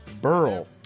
Burl